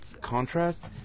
contrast